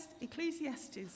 Ecclesiastes